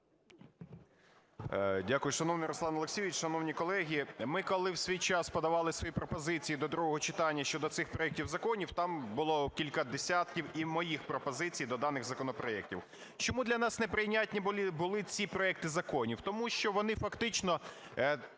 Дякую. Шановний Руслане Олексійовичу, шановні колеги! Ми коли у свій час подавали свої пропозиції до другого читання щодо цих проектів законів, там було кілька десятків і моїх пропозицій до даних законопроектів. Чому для нас неприйнятні були ці проекти законів? Тому що вони фактично…